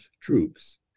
troops